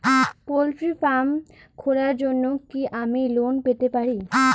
Poultry farm খোলার জন্য কি আমি লোন পেতে পারি?